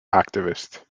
activist